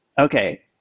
okay